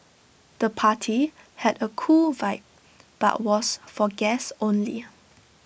the party had A cool vibe but was for guests only